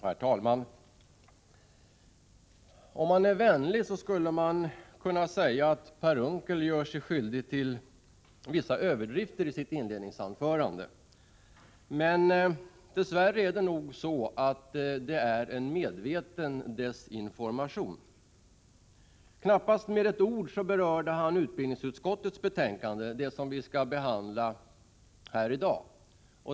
Herr talman! Om man är vänlig skulle man kunna säga att Per Unckel gjorde sig skyldig till vissa överdrifter i sitt inledningsanförande. Dess värre är det nog fråga om en medveten desinformation. Knappast med ett ord berörde han utbildningsutskottets betänkande, det som vi skall behandla här i dag.